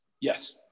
Yes